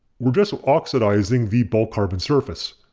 we're just so oxidizing the bulk carbon surface,